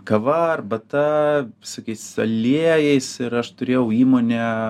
kava arbata visokiais aliejais ir aš turėjau įmonę